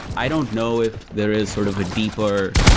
i don't know if there is sort of a deeper,